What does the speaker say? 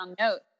notes